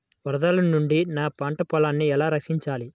వరదల నుండి నా పంట పొలాలని ఎలా రక్షించాలి?